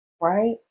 right